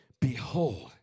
Behold